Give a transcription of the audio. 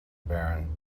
barren